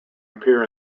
appear